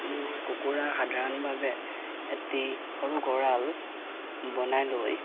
কুকুৰা সাধাৰণভাৱে এটি সৰু গঁৰাল বনাই লৈ